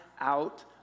out